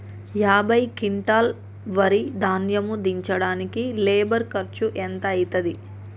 యాభై క్వింటాల్ వరి ధాన్యము దించడానికి లేబర్ ఖర్చు ఎంత అయితది?